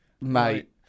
Mate